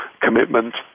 commitment